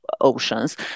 oceans